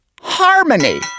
Harmony